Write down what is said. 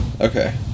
Okay